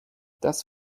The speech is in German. das